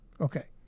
Okay